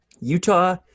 Utah